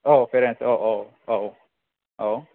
औ पेरेन्टस औ औ औ औ